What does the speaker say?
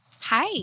Hi